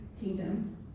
kingdom